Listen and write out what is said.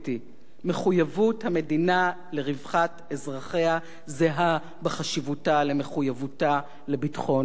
מחויבות המדינה לרווחת אזרחיה זהה בחשיבותה למחויבותה לביטחון גבולותיה.